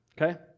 Okay